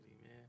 man